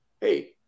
hey